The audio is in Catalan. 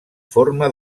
forma